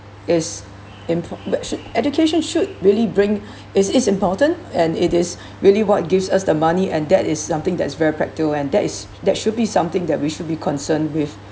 is impor~ but should education should really bring it is important and it is really what gives us the money and that is something that is very practical and that is there should be something that we should be concerned with